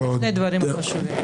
אלה שני דברים חשובים.